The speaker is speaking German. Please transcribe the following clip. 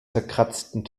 zerkratzten